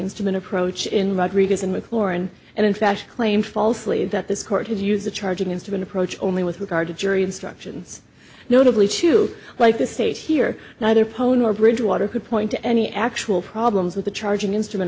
instrument approach in rodriguez in mclaurin and in fact claimed falsely that this court has used the charging instrument approach only with regard to jury instructions notably too like the state here neither pony nor bridgewater could point to any actual problems with the charging instrument